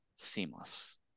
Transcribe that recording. seamless